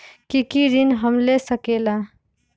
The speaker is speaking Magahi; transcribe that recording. की की ऋण हम ले सकेला?